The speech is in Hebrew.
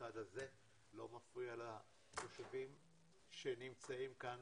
הצד הזה לא מפריע לתושבים שנמצאים כאן,